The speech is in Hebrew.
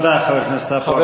תודה, חבר הכנסת עפו אגבאריה.